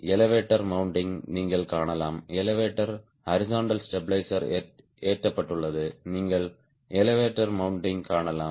elevator mounting நீங்கள் காணலாம் elevator horizontal stabiliser ஏற்றப்பட்டுள்ளது நீங்கள் எலெவடோர் மெண்ட்டிங் காணலாம்